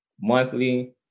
monthly